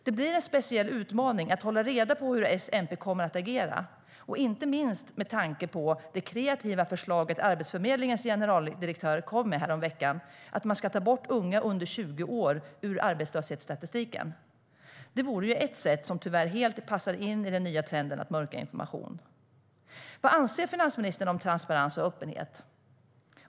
Det blir en speciell utmaning att hålla reda på hur SMP kommer att agera, inte minst med tanke på det kreativa förslag som Arbetsförmedlingens generaldirektör kom med häromveckan, att man ska ta bort unga under 20 år ur arbetslöshetsstatistiken. Det vore ju ett sätt som tyvärr helt passar in i den nya trenden att mörka information. Vad anser finansministern om transparens och öppenhet?